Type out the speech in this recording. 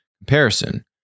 comparison